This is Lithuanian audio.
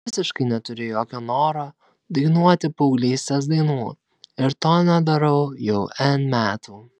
visiškai neturiu jokio noro dainuoti paauglystės dainų ir to nedarau jau n metų